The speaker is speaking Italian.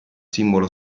simbolo